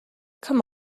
come